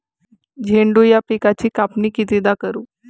झेंडू या पिकाची कापनी कितीदा करू?